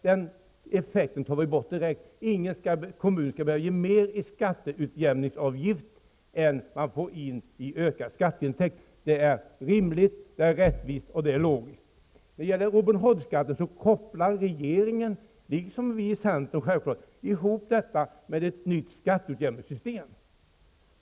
Den effekten tar vi bort direkt. Ingen kommun skall behöva ge mer i skatteutjämningsavgift än den får in i ökad skatteintäkt. Det är rimligt, det är rättvist och det är logiskt. Regeringen, liksom självklart vi i centern, kopplar ihop Robin Hood-skatten med ett nytt skatteutjämningssystem.